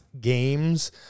games